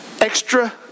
Extra